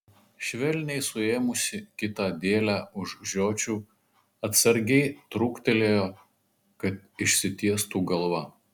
švelniai suėmusi kitą dėlę už žiočių atsargiai trūktelėjo kad išsitiestų galva